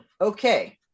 Okay